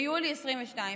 ביולי 2022,